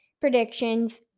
predictions